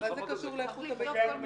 מה זה קשור לאיכות הביצית?